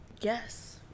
yes